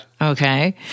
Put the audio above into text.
Okay